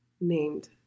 Named